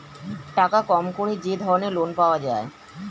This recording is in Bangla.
টাকা কম করে যে ধরনের লোন পাওয়া যায়